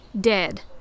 Dead